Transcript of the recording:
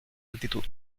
altitud